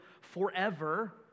forever